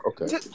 Okay